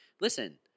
Listen